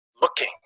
looking